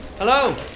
Hello